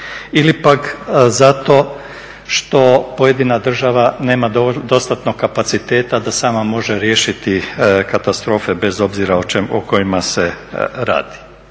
ili pak zato što pojedina država nema dostatnog kapaciteta da sama može riješiti katastrofe bez obzira o kojima se radi.